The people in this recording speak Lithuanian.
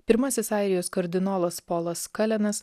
pirmasis airijos kardinolas polas kalenas